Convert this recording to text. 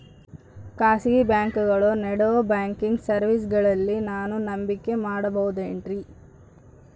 ಖಾಸಗಿ ಬ್ಯಾಂಕುಗಳು ನೇಡೋ ಬ್ಯಾಂಕಿಗ್ ಸರ್ವೇಸಗಳನ್ನು ನಾನು ನಂಬಿಕೆ ಮಾಡಬಹುದೇನ್ರಿ?